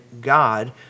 God